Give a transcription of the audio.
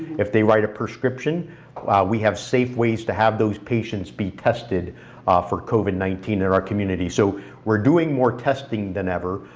if they write a prescription we have safe ways to have those patients be tested for covid nineteen in our community. so we're doing more testing than ever.